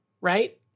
right